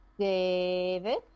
David